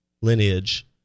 lineage